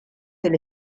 del